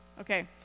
Okay